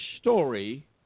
story